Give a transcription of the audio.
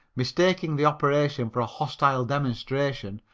mistaking the operation for a hostile demonstration,